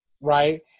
Right